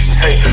hey